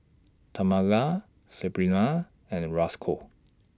Tamala Sebrina and Rosco